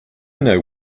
know